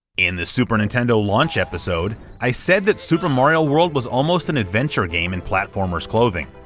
in the super nintendo launch episode, i said that super mario world was almost an adventure game in platformer's clothing,